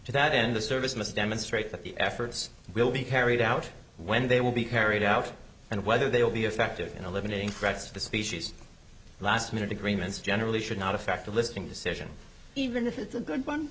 to that end the service must demonstrate that the efforts will be carried out when they will be carried out and whether they will be effective in eliminating threats to the species last minute agreements generally should not affect the listing decision even if it's a good one